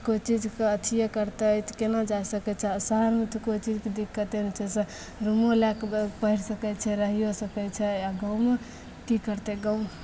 कोइ चीजके अथिए करतै तऽ केना जा सकैत छै आ शहरमे तऽ कोइ चीजके दिक्कते होइत छै तऽ रूमो लएके बस पढ़ि सकैत छै रहैयो सकैत छै आ गाँवमे की करतै गाँवमे